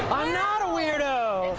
i'm ah not a weirdo.